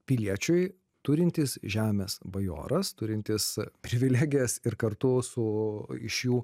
piliečiui turintis žemės bajoras turintis privilegijas ir kartu su iš jų